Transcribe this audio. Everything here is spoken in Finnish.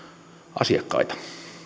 asiakkaita